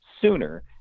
sooner